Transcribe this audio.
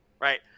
right